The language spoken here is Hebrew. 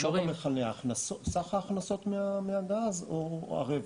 סך ההכנסות מהגז, או הרווח?